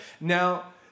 Now